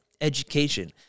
education